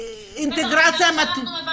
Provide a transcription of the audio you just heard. כלומר, אם בסוף אנחנו נשכיל